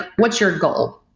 what's your goal?